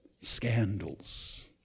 Scandals